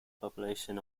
population